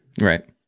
Right